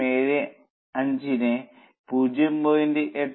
75 നെ 0